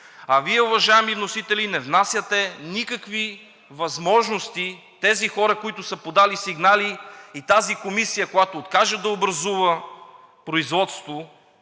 А Вие, уважаеми вносители, не внасяте никакви възможности тези хора, които са подали сигнали, и тази комисия, която откаже да образува производство,